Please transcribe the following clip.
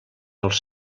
als